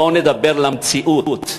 בואו נדבר על המציאות.